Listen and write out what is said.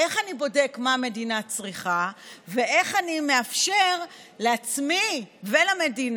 איך אני בודק מה המדינה צריכה ואיך אני מאפשר לעצמי ולמדינה